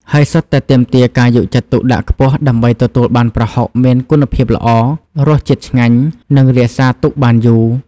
ហើយសុទ្ធតែទាមទារការយកចិត្តទុកដាក់ខ្ពស់ដើម្បីទទួលបានប្រហុកមានគុណភាពល្អ រសជាតិឆ្ងាញ់ និងរក្សាទុកបានយូរ។